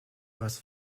was